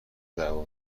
دعوا